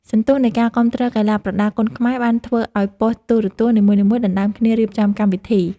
សន្ទុះនៃការគាំទ្រកីឡាប្រដាល់គុណខ្មែរបានធ្វើឱ្យប៉ុស្តិ៍ទូរទស្សន៍នីមួយៗដណ្តើមគ្នារៀបចំកម្មវិធី។